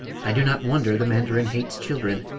i do not wonder the mandarin hates children,